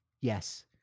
Yes